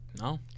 No